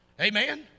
Amen